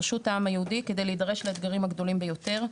לרשות העם היהודי כדי להידרש לאתגרים הגדולים ביותר.